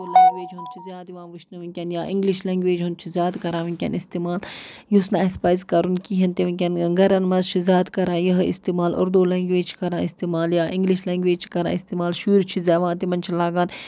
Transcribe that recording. Urdu language ہُنٛد چھُ زیادٕ یِوان وٕچھنہٕ ونکیٚن یا اِنگلِش لینگویج ہُنٛد زیادٕ کَران ونکیٚن استعال یُس نہٕ اَسہِ پَزِ کَرُن کِہیٖنۍ تہِ ونکٮ۪ن گَرَن مَنٛز چھِ زیادٕ کَران یِہے استعمال اُردو لیگویج چھِ کَران استعمال یا اِنگلِش لیٚگویج چھِ کَرانان استعمال شُرۍ زیٚوان تِمن چھِ لاگان